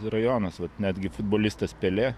rajonas vat netgi futbolistas pele